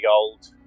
old